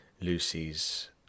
Lucy's